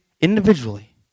individually